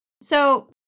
So-